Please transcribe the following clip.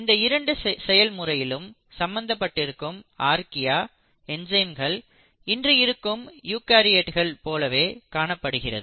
இந்த இரண்டு செயல் முறைகளிலும் சம்பந்தப்பட்டிருக்கும் ஆர்கியா என்சைம்கள் இன்று இருக்கும் யூகரியோட்ஸ் போலவே காணப்படுகிறது